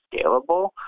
scalable